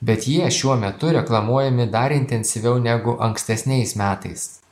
bet jie šiuo metu reklamuojami dar intensyviau negu ankstesniais metais